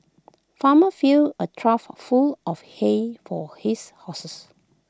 farmer filled A trough full of hay for his horses